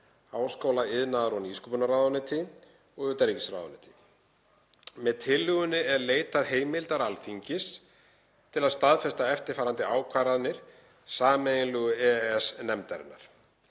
háskóla-, iðnaðar- og nýsköpunarráðuneyti og utanríkisráðuneyti. Með tillögunni er leitað heimildar Alþingis til að staðfesta eftirfarandi ákvarðanir sameiginlegu EES-nefndarinnar: